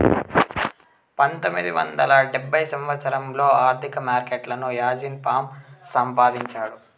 పంతొమ్మిది వందల డెబ్భై సంవచ్చరంలో ఆర్థిక మార్కెట్లను యాజీన్ ఫామా స్థాపించాడు